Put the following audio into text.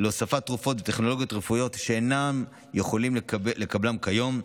להוספת תרופות וטכנולוגיות רפואיות שאינם יכולים לקבלן כיום,